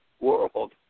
world